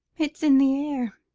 it's in the air.